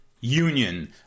Union